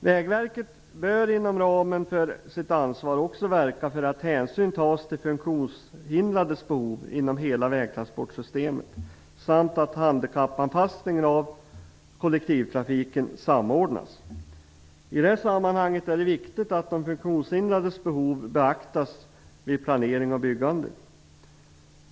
Vägverket bör inom ramen för sitt ansvar också verka för att hänsyn tas till funktionshindrades behov inom hela vägtransportsystemet samt att handikappanpassningen av kollektivtrafiken samordnas. I det sammanhanget är det viktigt att de funktionshindrades behov beaktas vid planering av byggande.